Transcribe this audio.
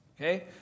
Okay